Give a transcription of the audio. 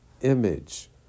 image